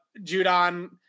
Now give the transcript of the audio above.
Judon